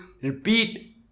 repeat